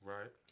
Right